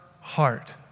heart